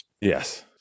Yes